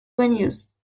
venues